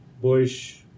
bush